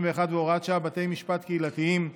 91 והוראת שעה) (בתי משפט קהילתיים),